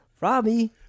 Robbie